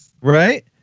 right